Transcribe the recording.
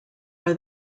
are